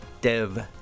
Dev